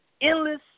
endless